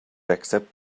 accept